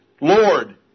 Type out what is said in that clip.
Lord